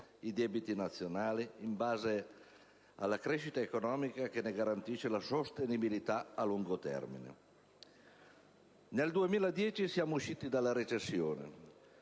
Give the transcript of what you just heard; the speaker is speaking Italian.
i debiti nazionali in base alla crescita economica che ne garantisce la sostenibilità a lungo termine. Nel 2010 siamo usciti della recessione